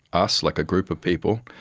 us, like a group of people,